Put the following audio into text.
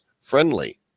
friendly